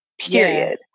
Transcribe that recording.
period